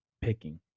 picking